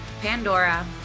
Pandora